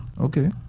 Okay